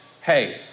Hey